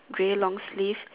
grey long sleeve